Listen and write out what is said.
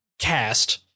cast